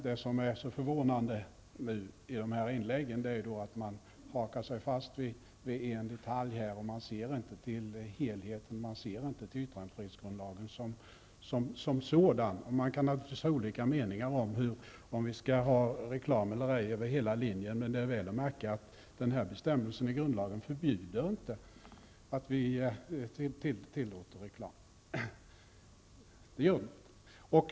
Det är förvånande att man hakat sig fast vid en detalj och inte ser till helheten, till yttrandefrihetslagen som sådan. Man kan naturligtvis ha olika meningar huruvida vi skall ha reklam eller ej över hela linjen, men det är väl att märka att denna bestämmelse i grundlagen inte hindrar att reklam tillåts.